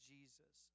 Jesus